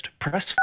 Press